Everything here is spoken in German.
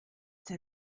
sei